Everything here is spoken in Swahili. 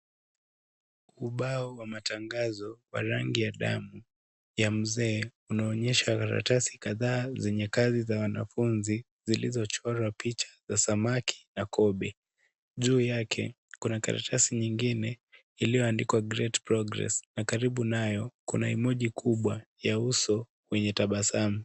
Ubao wa matangazo wa rangi ya damu ya mzee unaonyesha karatasi kadhaa zenye kazi za wanafunzi zilizochorwa picha za samaki na kobe. Juu yake kuna karatasi nyingine iliyoandikwa great progress na karibu nayo kuna emoji kubwa ya uso wenye tabasamu.